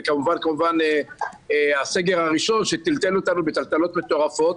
וכמובן כמובן הסגר הראשון שטלטל אותנו בטלטלות מטורפות.